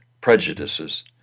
prejudices